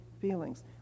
feelings